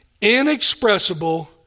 inexpressible